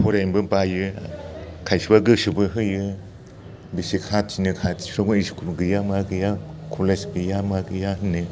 फरायनोबो बायो खायसेबा गोसोबो होयो बेसे खाथिनो खाथिफ्रावबो इस्कुल गैया मा गैया कलेज गैया मा गैया होनो